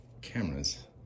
cameras